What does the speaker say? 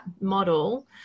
model